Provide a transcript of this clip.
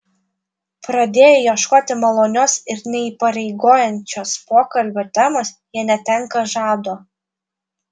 pradėję ieškoti malonios ir neįpareigojančios pokalbio temos jie netenka žado